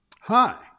hi